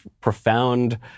profound